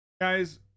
Guys